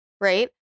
Right